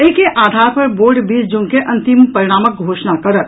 एहि के आधार पर बोर्ड बीस जून के अंतिम परिणामक घोषणा करत